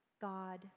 God